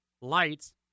lights